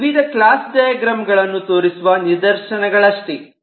ಇದು ವಿವಿಧ class diagram ಗಳನ್ನೂ ತೋರಿಸುವ ನಿದರ್ಶನಗಳಷ್ಟೇ